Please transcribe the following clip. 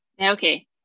Okay